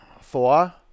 Four